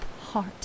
heart